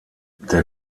der